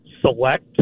select